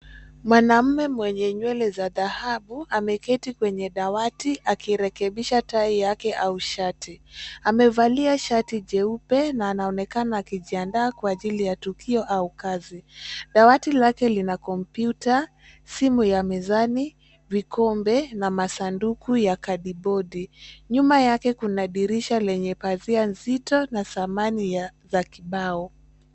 Mwanaume mwenye nywele za dhahabu ameketi kwenye dawati akirekebisha tai yake au shati. Amevalia shati jeupe na anaonekana akijiandaa kwa ajili ya tukio au kazi. Dawati lake lina kompyuta, simu ya mezani, vikombe na masanduku ya kadibodi. Nyuma yake kuna dirisha lenye pazia nzito na samani za kibao.